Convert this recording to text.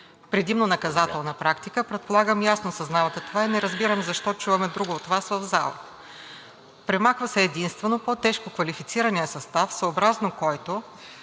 предимно наказателна практика предполагам ясно съзнавате това и не разбирам защо чуваме друго от Вас в залата. Премахва се единствено по-тежко квалифицираният състав, съобразно който